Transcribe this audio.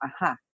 aha